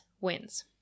wins